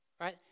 Right